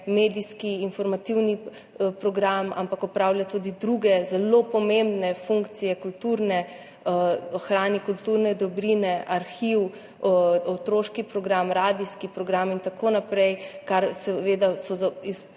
medijski informativni program, ampak opravlja tudi druge zelo pomembne funkcije, hrani kulturne dobrine, arhiv, otroški program, radijski program in tako naprej, kar so seveda izpostavljali